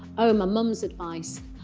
oh, my mum's advice,